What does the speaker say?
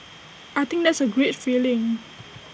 I think that's A great feeling